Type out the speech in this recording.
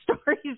stories